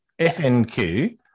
FNQ